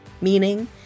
meaning